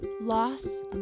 loss